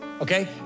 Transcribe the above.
Okay